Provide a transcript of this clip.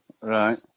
right